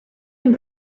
ein